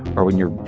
or when you're,